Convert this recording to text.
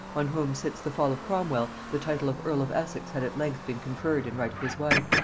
on whom, since the fall of cromwel, the title of earl of essex had at length been conferred in right of his wife,